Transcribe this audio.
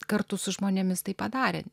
kartu su žmonėmis tai padarę